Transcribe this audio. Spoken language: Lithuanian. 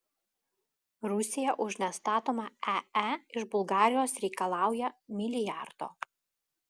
rusija už nestatomą ae iš bulgarijos reikalauja milijardo